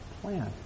plan